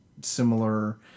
similar